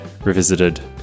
Revisited